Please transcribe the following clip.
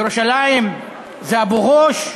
ירושלים זה אבו-גוש,